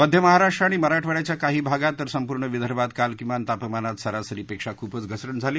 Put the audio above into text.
मध्य महाराष्ट्र आणि मराठवाङ्याच्या काही भागात तर संपूर्ण विदर्भात काल किमान तापमानात सरासरीपेक्षा खूपच घसरण झाली